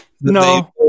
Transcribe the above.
No